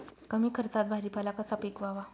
कमी खर्चात भाजीपाला कसा पिकवावा?